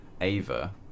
Ava